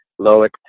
loic